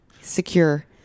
secure